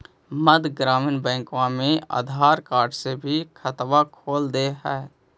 मध्य ग्रामीण बैंकवा मे आधार कार्ड से भी खतवा खोल दे है?